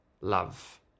love